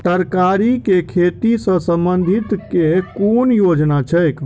तरकारी केँ खेती सऽ संबंधित केँ कुन योजना छैक?